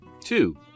Two